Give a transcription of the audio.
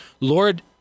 Lord